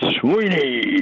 Sweeney